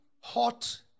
hot